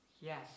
Yes